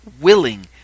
willing